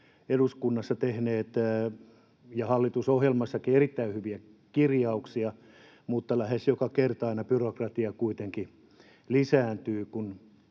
eduskunnassa tehneet, ja hallitusohjelmassakin, erittäin hyviä kirjauksia, mutta lähes joka kerta aina byrokratia kuitenkin lisääntyy,